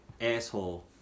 asshole